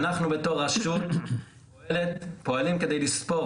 אנחנו בתור רשות פועלים כדי לספור.